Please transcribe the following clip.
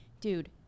dude